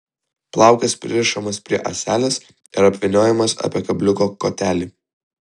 plaukas pririšamas prie ąselės ir apvyniojamas apie kabliuko kotelį